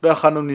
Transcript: לא יכולנו לנשום.